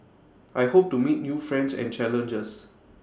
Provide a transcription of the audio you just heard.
I hope to meet new friends and challenges